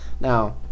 Now